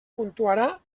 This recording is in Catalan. puntuarà